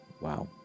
Wow